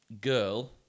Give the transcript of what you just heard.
girl